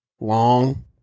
long